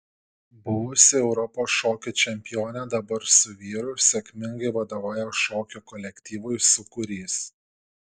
buvusi europos šokių čempionė dabar su vyru sėkmingai vadovauja šokių kolektyvui sūkurys